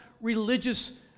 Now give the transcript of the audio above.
religious